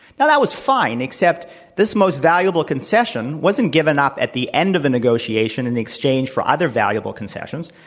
now, that was fine, except this most valuable concession wasn t given up at the end of the negotiation in exchange for other valuable concessions.